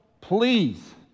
please